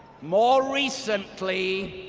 more recently,